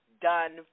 done